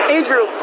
Andrew